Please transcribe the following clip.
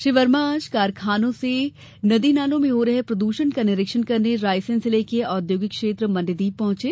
श्री वर्मा आज कारखानों से नदी नालों में हो रहे प्रदूषण का निरीक्षण करने रायसेन जिले के औधोगिक क्षेत्र मंडीदीप पहुंचे